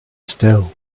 still